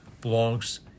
belongs